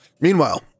Meanwhile